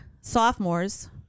sophomores